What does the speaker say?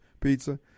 pizza